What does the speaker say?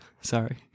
Sorry